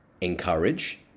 encourage